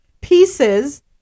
pieces